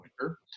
winter